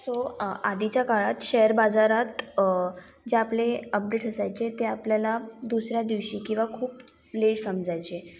so आधीच्या काळात share बाजारात जे आपले अपडेट्स असायचे ते आपल्याला दुसऱ्या दिवशी किवा खूप लेट समजायचे